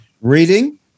reading